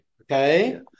okay